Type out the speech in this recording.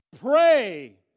pray